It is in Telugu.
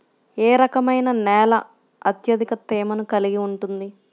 ఏ రకమైన నేల అత్యధిక తేమను కలిగి ఉంటుంది?